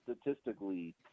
statistically